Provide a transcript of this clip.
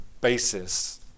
basis